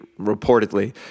reportedly